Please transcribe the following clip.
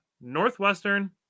Northwestern